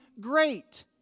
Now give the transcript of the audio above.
great